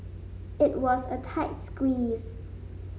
it was a tight squeeze